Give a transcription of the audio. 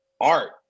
art